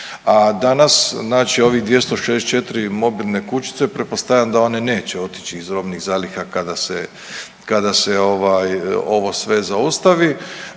A danas znači ovih 264 mobilne kućice pretpostavljam da one neće otići iz robnih zaliha kada se ovo sve zaustavi.